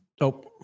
nope